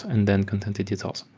and then content editors.